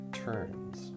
turns